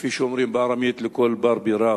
כפי שאומרים בארמית: לכל בר בי רב.